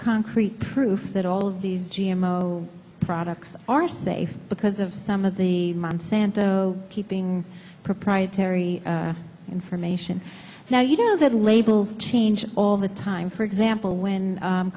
concrete proof that all of these g m o products are safe because of some of the monsanto keeping proprietary information now you know that labels change all the time for example when